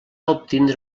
obtindre